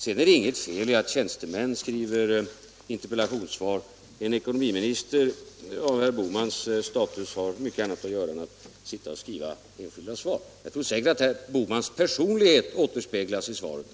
Sedan är det inget fel att tjänstemän skriver interpellationssvar. En ekonomiminister av herr Bohmans status har mycket annat att göra än att sitta och skriva enskilda svar. Jag tror säkerligen att herr Bohmans personlighet återspeglas i svaret.